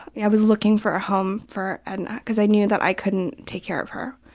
i was looking for a home for edna because i knew that i couldn't take care of her